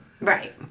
right